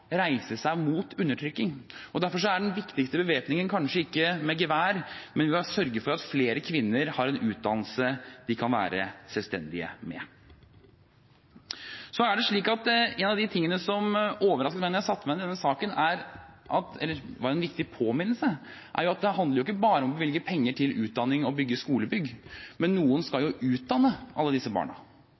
reise seg mot undertrykking, og derfor er den viktigste bevæpningen kanskje ikke gevær, men å sørge for at flere kvinner får en utdannelse de kan være selvstendige med. En av de tingene som overrasket meg, eller var en viktig påminnelse, da jeg satte meg ned med denne saken, var at dette ikke bare handler om å bevilge penger til utdanning og skolebygg. Noen skal jo utdanne alle disse barna.